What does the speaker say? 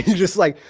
just like,